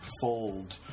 fold